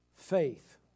Faith